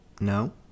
No